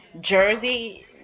Jersey